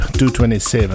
227